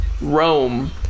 rome